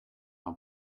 rien